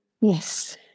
yes